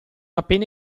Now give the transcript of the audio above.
appena